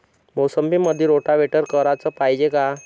मोसंबीमंदी रोटावेटर कराच पायजे का?